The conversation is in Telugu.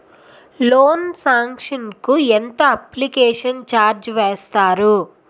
లోన్ సాంక్షన్ కి ఎంత అప్లికేషన్ ఛార్జ్ వేస్తారు?